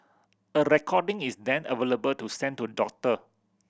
a recording is then available to send to a doctor